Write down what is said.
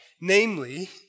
Namely